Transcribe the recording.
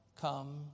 come